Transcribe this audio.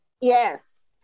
Yes